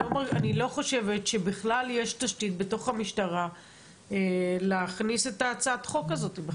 כי אני לא חושבת שבכלל יש למשטרה תשתית להצעת החוק הזאת.